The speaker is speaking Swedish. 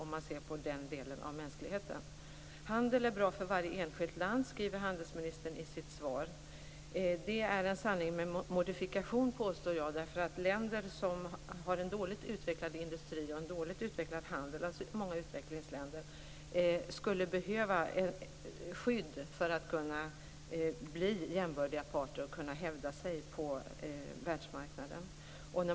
Handelsministern skriver i sitt svar att handel är bra för varje enskilt land. Jag påstår att det är en sanning med modifikation. Länder som har en dåligt utvecklad industri och en dåligt utvecklad handel, dvs. många utvecklingsländer, skulle behöva skydd för att kunna bli jämbördiga parter och kunna hävda sig på världsmarknaden.